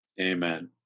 Amen